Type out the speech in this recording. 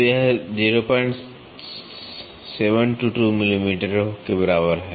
तो यह 0722 मिलीमीटर के बराबर है